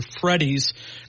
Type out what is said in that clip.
Freddy's